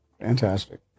Fantastic